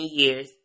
years